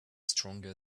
stronger